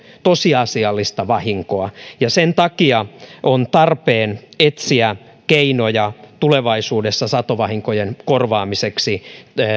tosiasiallista vahinkoa sen takia on tarpeen etsiä keinoja tulevaisuudessa satovahinkojen korvaamiseksi